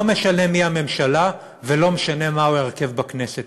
לא משנה מי הממשלה ולא משנה מהו ההרכב בכנסת.